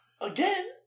again